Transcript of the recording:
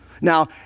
Now